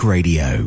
Radio